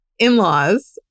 In-laws